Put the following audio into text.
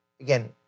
again